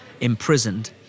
imprisoned